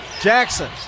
Jackson